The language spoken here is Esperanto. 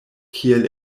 kiel